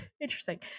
Interesting